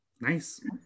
Nice